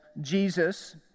Jesus